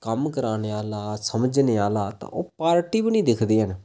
कम्म कराने आह्ला समझने आह्ला तां ओह् पार्टी बी नेईं दिखदे हैन